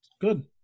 good